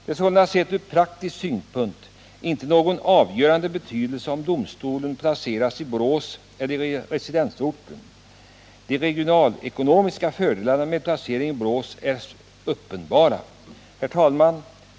Det är sålunda från praktisk synpunkt inte av någon avgörande betydelse om domstolen placeras i Borås eller i residensorten. De regionalekonomiska fördelarna med placering i Borås är uppenbara. Herr talman!